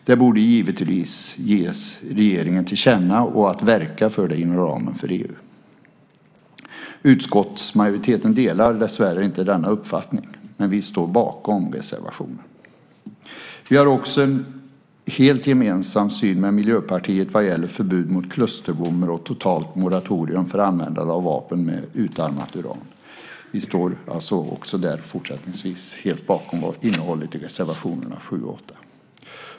Det borde givetvis ges regeringen till känna och att verka för det inom ramen för EU. Utskottsmajoriteten delar dessvärre inte denna uppfattning, men vi står bakom reservationen. Vi har också en helt gemensam syn med Miljöpartiet vad gäller förbud mot klusterbomber och ett totalt moratorium för användande av vapen med utarmat uran. Vi står alltså fortsättningsvis helt bakom innehållet i reservationerna 7 och 8.